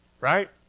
right